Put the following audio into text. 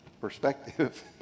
perspective